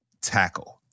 tackle